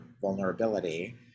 vulnerability